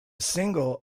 single